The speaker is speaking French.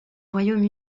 royaume